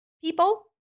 people